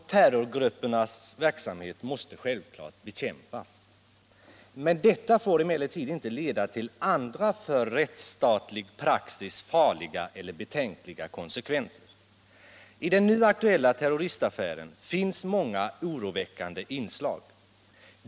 Terrorgruppernas verksamhet måste självfallet bekämpas. Men detta får inte leda till andra för rättsstatlig praxis farliga eller betänkliga konsekvenser. I den nu aktuella terroristaffären finns många oroväckande inslag.